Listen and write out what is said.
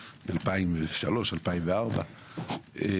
אבל מצד שני, גובה כסף מהאזרחים לא